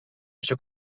això